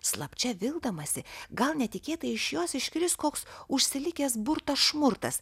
slapčia vildamasi gal netikėtai iš jos iškris koks užsilikęs burtas šmurtas